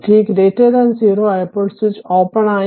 t0 ആയപ്പോൾ switch open ആയി